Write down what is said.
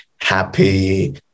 happy